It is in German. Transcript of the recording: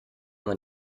man